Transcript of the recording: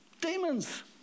demons